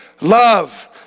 love